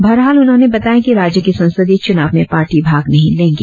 बहरहाल उन्होंने बताया की राज्य के संसदीय चुनाव में पार्टी भाग नहीं लेंगे